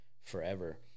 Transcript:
forever